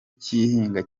cy’ihinga